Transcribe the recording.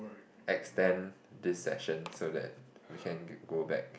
extend this session so that we can go back